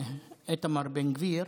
איתמר בן גביר,